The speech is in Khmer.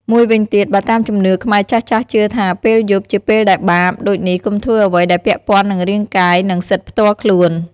មួយវិញទៀត បើតាមជំនឿខ្មែរចាស់ៗជឿថាពេលយប់ជាពេលដែលបាប ដូចនេះកុំធ្វើអ្វីដែលពាក់ព័ន្ធនឹងរាងកាយ និងសិទ្ធិផ្ទាល់ខ្លួន។